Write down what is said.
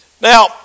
Now